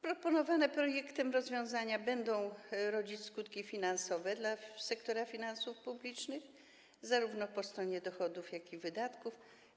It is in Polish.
Proponowane w projekcie rozwiązania będą rodzić skutki finansowe dla sektora finansów publicznych zarówno po stronie dochodów, jak i wydatków.